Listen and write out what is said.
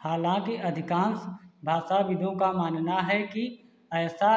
हालाँकि अधिकांश भाषाविदों का मानना है कि ऐसा